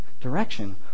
direction